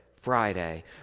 Friday